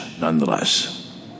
Nonetheless